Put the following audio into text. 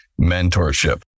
mentorship